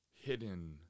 hidden